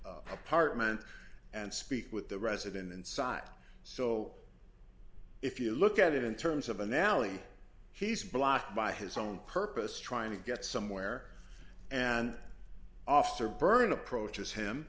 that apartment and speak with the resident inside so if you look at it in terms of anally he's blocked by his own purpose trying to get somewhere and officer byrne approaches him